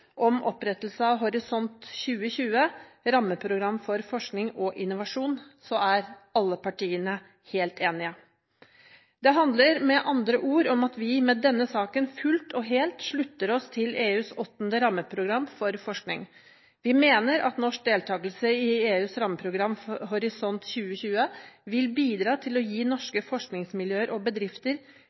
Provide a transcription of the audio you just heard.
om opprettelse av Horisont 2020 – rammeprogrammet for forskning og innovasjon, er alle partiene helt enige. Det handler med andre ord om at vi med denne saken fullt og helt slutter oss til EUs åttende rammeprogram for forskning. Vi mener at norsk deltakelse i EUs rammeprogram Horisont 2020 vil bidra til å gi norske forskningsmiljøer og bedrifter